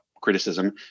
criticism